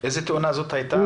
איזו תאונה זאת הייתה?